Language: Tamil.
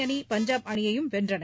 அணி பஞ்சாப் அணியையும் வென்றன